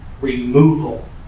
removal